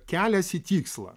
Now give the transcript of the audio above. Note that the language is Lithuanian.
kelias į tikslą